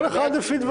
כל אחד לפי דברו.